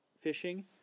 fishing